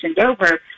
over